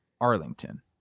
Arlington